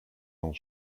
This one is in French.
ans